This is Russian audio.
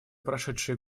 прошедшие